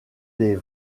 des